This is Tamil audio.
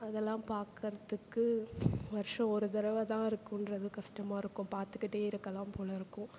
அதெல்லாம் பாக்கிறதுக்கு வருஷம் ஒரு தடவை தான் இருக்கும்ன்றது கஷ்டமாக இருக்கும் பார்த்துக்கிட்டே இருக்கலாம் போல் இருக்கும்